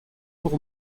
pour